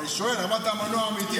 אמרת "מנוע אמיתי".